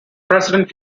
president